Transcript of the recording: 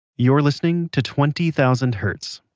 you're listening to twenty thousand hertz.